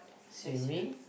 swimming